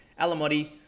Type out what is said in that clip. Alamotti